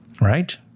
Right